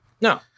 No